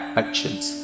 actions